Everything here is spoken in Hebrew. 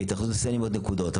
והתאחדות התעשיינים ועוד נקודות.